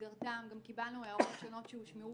שבמסגרתן גם קיבלנו הערות שונות שהושמעו כאן.